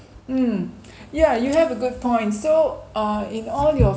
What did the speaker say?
mm yeah you have a good point so uh in all your